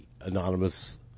anonymous